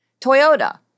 Toyota